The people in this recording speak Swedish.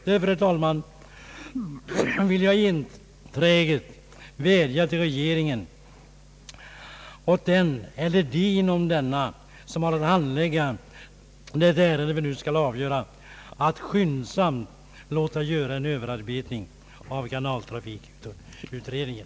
Därför, herr talman, vill jag enträget vädja till regeringen och den eller dem inom denna, som har att handlägga det ärende vi nu skall avgöra, att skyndsamt låta göra en överarbetning av kanaltrafikutredningen.